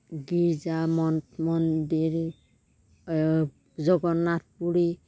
গীৰ্জা মঠ মন্দিৰ জগন্নাথ পুৰী